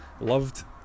Loved